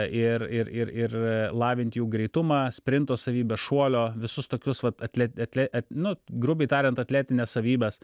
ir ir ir ir lavint jų greitumą sprinto savybes šuolio visus tokius vat atlet atlet nu grubiai tariant atletines savybes